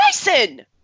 Jason